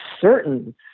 certain